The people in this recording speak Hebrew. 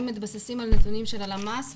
הם מתבססים על נתונים של הלשכה המרכזית